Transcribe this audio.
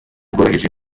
bworoheje